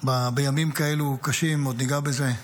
בימים כאלו קשים עוד ניגע בזה,